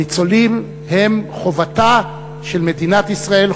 הניצולים הם חובתה של מדינת ישראל,